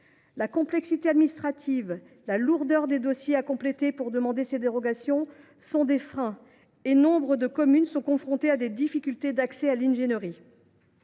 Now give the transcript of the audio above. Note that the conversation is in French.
La complexité administrative, la lourdeur des dossiers à compléter pour demander ces dérogations sont des freins et nombre de communes sont confrontées à des difficultés d’accès à l’ingénierie.